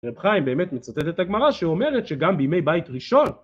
רב חיים באמת מצטט את הגמרא שאומרת שגם בימי בית ראשון